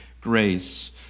grace